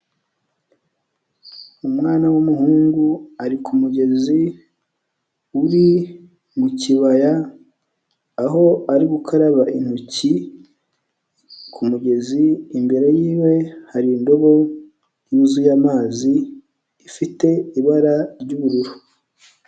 Umwana w'umuhungu ari ku mugezi uri mu kibaya, aho ari gukaraba intoki ku mugezi imbere yiwe hari indobo yuzuye amazi ifite ibara ry'ubururu.